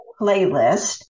playlist